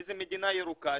איזה מדינה ירוקה.